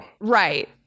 Right